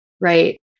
right